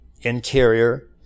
interior